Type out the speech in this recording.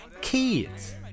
kids